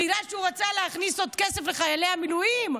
בגלל שהוא רצה להכניס עוד כסף לחיילי המילואים?